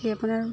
সেই আপোনাৰ